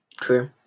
True